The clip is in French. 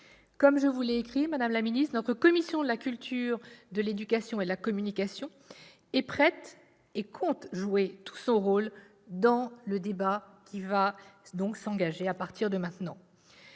Comme je vous l'ai écrit, madame la ministre, la commission de la culture, de l'éducation et de la communication est prête et compte jouer tout son rôle dans le débat qui va s'engager à partir de maintenant.